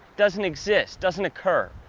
doesn't exist, doesn't occur.